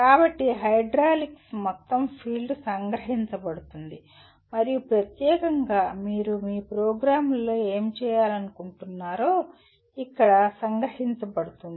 కాబట్టి హైడ్రాలిక్స్ మొత్తం ఫీల్డ్ సంగ్రహించబడుతుంది మరియు ప్రత్యేకంగా మీరు మీ ప్రోగ్రామ్లో ఏమి చేయాలనుకుంటున్నారో ఇక్కడ సంగ్రహించబడుతుంది